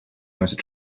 носят